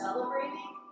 Celebrating